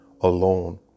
alone